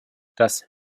das